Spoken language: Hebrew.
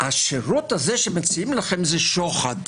שהשירות הזה שמציעים לכם זה שוחד,